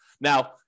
Now